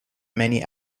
many